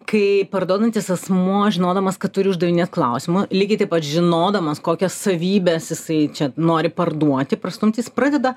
kai parduodantis asmuo žinodamas kad turi uždavinėt klausimus lygiai taip pat žinodamas kokias savybes jisai čia nori parduoti prastumti jis pradeda